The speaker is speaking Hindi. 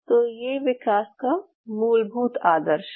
तो ये विकास का मूलभूत आदर्श है